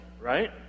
Right